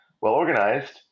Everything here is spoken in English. well-organized